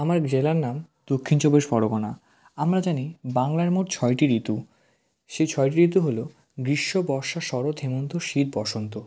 আমার জেলার নাম দক্ষিণ চব্বিশ পরগনা আমরা জানি বাংলার মোট ছয়টি ঋতু সেই ছয়টি ঋতু হলো গ্রীষ্ম বর্ষা শরৎ হেমন্ত শীত বসন্ত